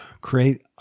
create